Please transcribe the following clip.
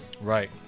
Right